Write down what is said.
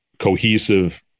cohesive